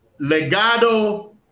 Legado